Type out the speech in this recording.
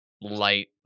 Light